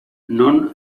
non